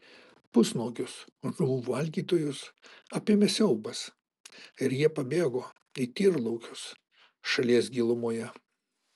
pusnuogius žuvų valgytojus apėmė siaubas ir jie pabėgo į tyrlaukius šalies gilumoje